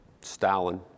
Stalin